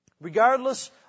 Regardless